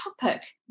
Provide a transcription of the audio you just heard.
topic